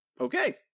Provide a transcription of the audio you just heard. okay